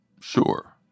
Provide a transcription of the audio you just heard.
sure